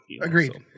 Agreed